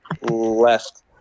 Left